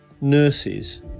nurses